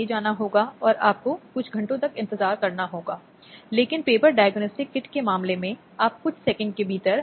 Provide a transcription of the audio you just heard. यह महिला को अपने बच्चों से अलग होने से रोकने के लिए है जो खुद भावनात्मक शोषण और ब्लैकमेल का एक रूप है